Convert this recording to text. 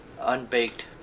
unbaked